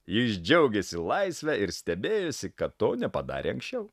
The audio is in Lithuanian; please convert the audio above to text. jis džiaugėsi laisve ir stebėjosi kad to nepadarė anksčiau